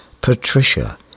Patricia